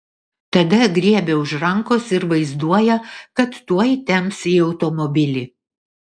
tada griebia už rankos ir vaizduoja kad tuoj temps į automobilį